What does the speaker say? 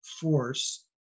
force